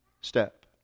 step